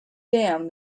dam